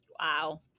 Wow